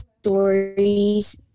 stories